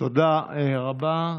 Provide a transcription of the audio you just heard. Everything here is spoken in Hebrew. תודה רבה.